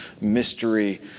mystery